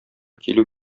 килү